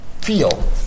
feel